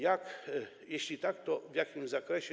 Jeśli tak, to w jakim zakresie?